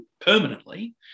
permanently